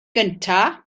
gyntaf